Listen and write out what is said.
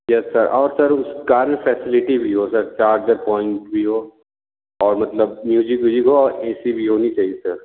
yes sir और sir उस car में फैसिलिटी भी हो सर चार्जर पॉइंट भी हो और मतलब म्यूजिक व्युजिक हो और ए सी भी होनी चाहिए सर